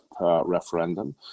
Referendum